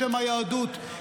בשם היהדות,